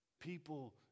People